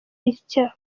itya